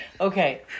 Okay